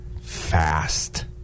Fast